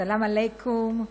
סלאם עליכום,